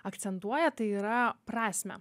akcentuoja tai yra prasmę